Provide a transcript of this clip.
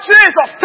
Jesus